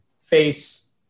face